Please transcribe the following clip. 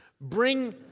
Bring